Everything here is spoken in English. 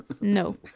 No